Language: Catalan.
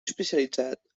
especialitzat